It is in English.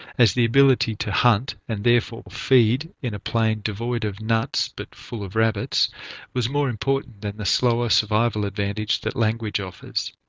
as the ability to hunt and therefore feed in a plain devoid of nuts but full of rabbits was more important than the slower survival advantage that language offers.